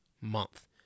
month